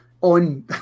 on